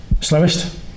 Slowest